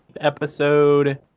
episode